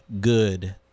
good